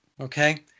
Okay